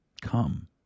come